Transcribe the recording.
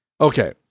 okay